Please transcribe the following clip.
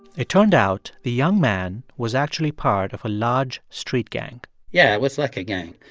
it turned out the young man was actually part of a large street gang yeah, it was like a gang.